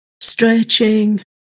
stretching